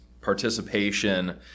participation